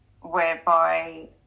whereby